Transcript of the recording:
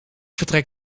vertrek